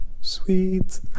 sweet